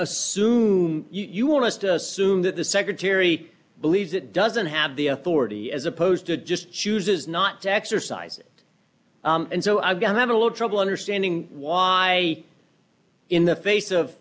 assume you want to assume that the secretary believes it doesn't have the authority as opposed to just chooses not to exercise it and so i've got a little trouble understanding why in the face of